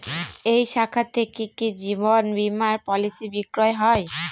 এই শাখা থেকে কি জীবন বীমার পলিসি বিক্রয় হয়?